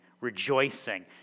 rejoicing